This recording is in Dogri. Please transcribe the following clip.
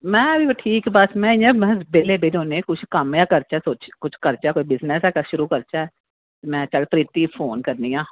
में इ'यां बस ठीक बेह्ले बैठे दे हे हे में हां इ'यां कम्म गै करचै कोई बिज़नेस गै शुरू करचै में आक्खेआ में हा प्रीति गी फोन करनी आं